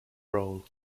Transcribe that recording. role